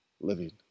living